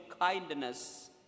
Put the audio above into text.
kindness